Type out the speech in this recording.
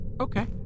Okay